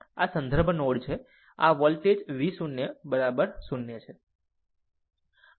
અને આ સંદર્ભ નોડ છે અને આ વોલ્ટેજ v 0 બરાબર 0 છે